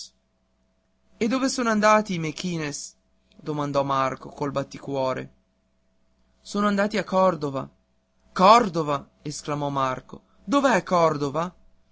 e dove sono andati i mequinez domandò marco col batticuore sono andati a cordova cordova esclamò marco dov'è cordova